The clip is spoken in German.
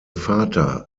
vater